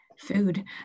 food